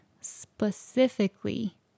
specifically